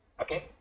okay